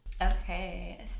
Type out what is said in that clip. Okay